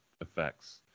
effects